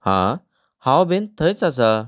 आं हांव बी थंयच आसा